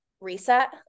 reset